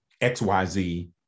xyz